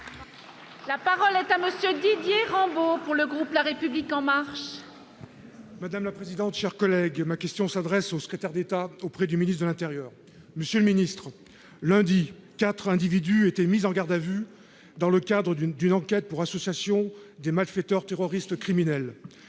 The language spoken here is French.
La parole est à monsieur Didier Rambaud pour le groupe, la République en marche. Madame la présidente, chers collègues, ma question s'adresse au secrétaire d'État auprès du ministre de l'Intérieur, monsieur le ministre, lundi 4 individus étaient mises en garde à vue dans le cadre d'une d'une enquête pour association de malfaiteurs terroriste criminelle